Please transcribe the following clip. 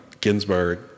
Ginsburg